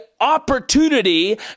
opportunity